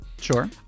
Sure